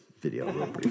video